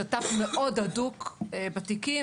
שתף מאוד הדוק בתיקים,